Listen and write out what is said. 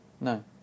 No